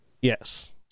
Yes